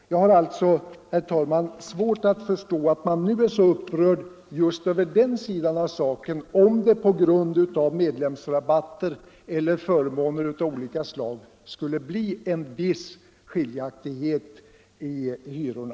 Jag har alltså, herr talman, svårt att förstå att man nu är så upprörd över den sidan av saken, om det på grund av medlemsrabatter eller förmåner av olika slag skulle bli en viss skiljaktighet i hyrorna.